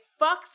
fucks